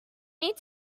need